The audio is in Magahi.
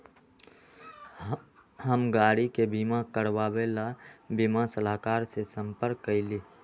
हम गाड़ी के बीमा करवावे ला बीमा सलाहकर से संपर्क कइली